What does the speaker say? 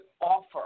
offer